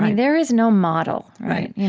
and there is no model right, yeah